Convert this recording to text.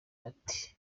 ati